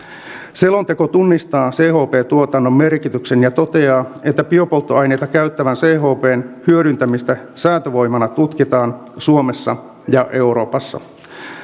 selonteko tunnistaa chp tuotannon merkityksen ja toteaa että biopolttoaineita käyttävän chpn hyödyntämistä säätövoimana tutkitaan suomessa ja euroopassa